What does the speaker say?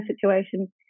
situation